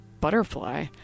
butterfly